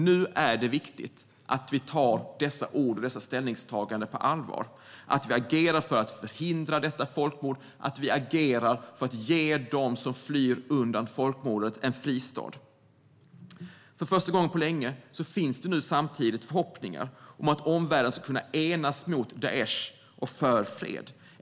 Nu är det viktigt att vi tar dessa ord och dessa ställningstaganden på allvar, att vi agerar för att förhindra detta folkmord och att vi agerar för att ge dem som flyr undan folkmordet en fristad. För första gången på länge finns det nu samtidigt förhoppningar om att omvärlden ska kunna enas mot Daish och för fred.